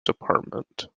department